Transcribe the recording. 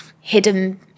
hidden